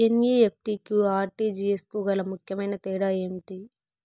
NEFT కు RTGS కు గల ముఖ్యమైన తేడా ఏమి?